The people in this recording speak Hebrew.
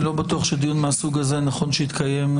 אני לא בטוח שדיון מהסוג הזה נכון שיתקיים.